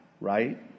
right